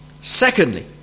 Secondly